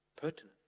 pertinent